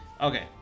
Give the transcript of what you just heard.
Okay